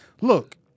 Look